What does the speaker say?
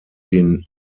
den